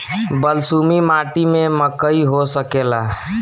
बलसूमी माटी में मकई हो सकेला?